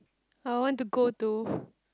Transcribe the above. I want to go to